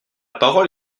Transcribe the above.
parole